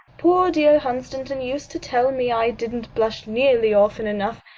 poor dear hunstanton used to tell me i didn't blush nearly often enough.